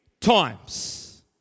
times